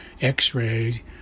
x-ray